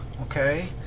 okay